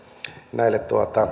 näille